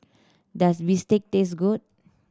does bistake taste good